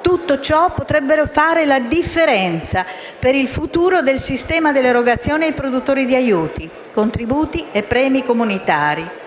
tutto ciò potrebbe fare la differenza per il futuro del sistema dell'erogazione ai produttori di aiuti, contributi e premi comunitari